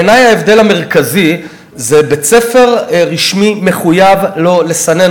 בעיני ההבדל המרכזי הוא שבית-ספר רשמי מחויב לא לסנן,